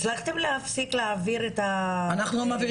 הצלחתם להפסיק להעביר כספים,